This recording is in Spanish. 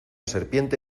serpiente